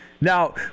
Now